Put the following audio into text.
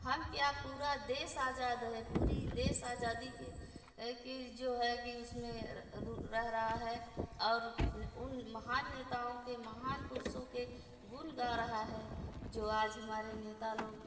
हम क्या पूरा देश आज़ाद है पूरा देश आज़ादी के कि है कि जो उसमें रह रहा है और उन महान नेताओं के महान पुरुषों के गुण गा रहा है जो आज हमारे नेता लोग